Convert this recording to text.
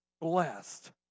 blessed